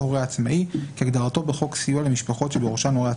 "הורה עצמאי" כהגדרתו בחוק סיוע למשפחות שבראשן הורה עצמאי,